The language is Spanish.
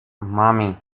mami